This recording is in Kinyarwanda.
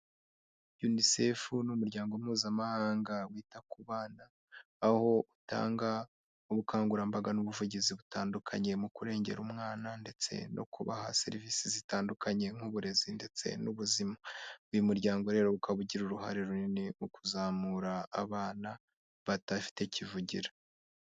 Unicefu n'umuryango mpuzamahanga wita ku bana aho utanga ubukangurambaga n'ubuvugizi butandukanye mu kurengera umwana ndetse no kubaha serivisi zitandukanye nk'uburezi ndetse n'ubuzima uyu muryango rero ukaba ugira uruhare runini mu kuzamura abana badafite kivugira.